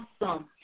awesome